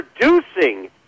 Producing